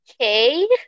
Okay